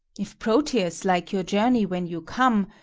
if proteus like your journey when you come,